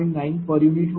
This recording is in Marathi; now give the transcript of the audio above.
9 पर युनिट होती